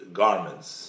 garments